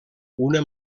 una